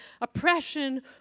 oppression